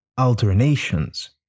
alternations